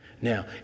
Now